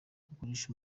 kugurisha